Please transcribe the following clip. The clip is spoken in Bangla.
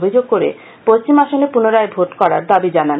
অভিযোগ করে পশ্চিম আসনে পুনরায় ভোট করার দাবি জানান